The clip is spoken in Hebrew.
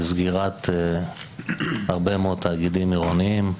לסגירת הרבה מאוד תאגידים עירוניים.